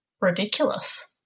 ridiculous